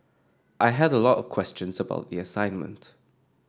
I had a lot of questions about the assignment